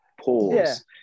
pause